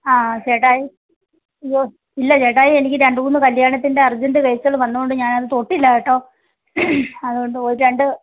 ആ ചേട്ടായി യ്യോ ഇല്ല ചേട്ടായി എനിക്ക് രണ്ട് മൂന്ന് കല്യാണത്തിൻ്റെ അർജൻറ്റ് വർക്ക്കള് വന്നത് കൊണ്ട് ഞാനത് തൊട്ടില്ല കേട്ടോ അത് കൊണ്ട് ഒരു രണ്ട്